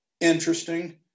interesting